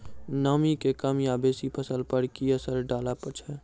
नामी के कम या बेसी फसल पर की असर डाले छै?